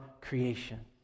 creation